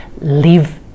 live